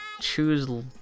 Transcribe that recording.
choose